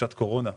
בחופשת קורונה.